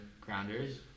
Grounders